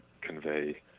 convey